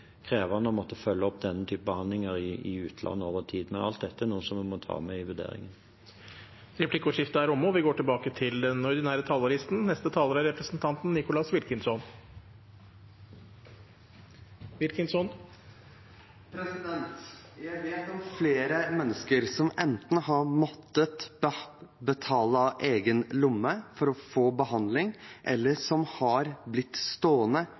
krevende å måtte følge opp denne typen behandling i utlandet over tid. Men alt dette er noe som vi må ta med i vurderingen. Replikkordskiftet er omme. De talere som heretter får ordet, har også en taletid på 3 minutter. Jeg vet om flere mennesker som enten har måttet betale av egen lomme for å få behandling, eller som har blitt stående